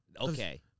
Okay